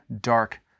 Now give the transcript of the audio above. dark